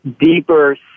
deeper